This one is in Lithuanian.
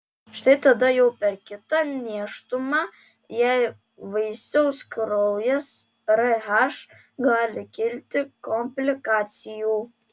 štai tada jau per kitą nėštumą jei vaisiaus kraujas rh gali kilti komplikacijų